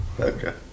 okay